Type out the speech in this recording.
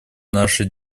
наши